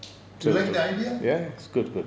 you like the idea